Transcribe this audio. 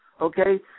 okay